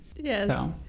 yes